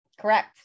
correct